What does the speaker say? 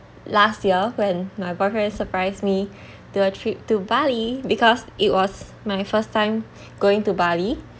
last year when my boyfriend surprised me to a trip to bali because it was my first time going to bali